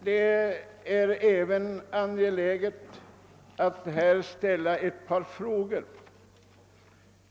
Det är även angeläget att ställa ett par frågor i detta sammanhang.